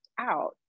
out